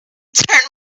turn